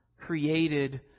created